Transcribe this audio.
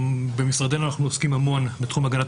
במשרדנו אנו עוסקים המון בתחום הגנת